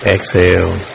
Exhale